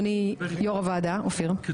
יו"ר הוועדה אופיר,